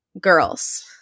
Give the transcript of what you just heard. girls